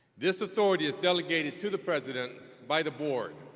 this authority is delegated to the president by the board.